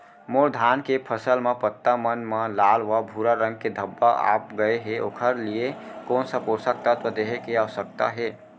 मोर धान के फसल म पत्ता मन म लाल व भूरा रंग के धब्बा आप गए हे ओखर लिए कोन स पोसक तत्व देहे के आवश्यकता हे?